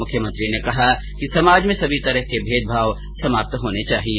मुख्यमंत्री ने कहा कि समाज में सभी तरह के भेदभाव समाप्त होने चाहिए